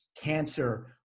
cancer